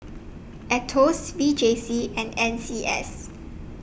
Aetos V J C and N C S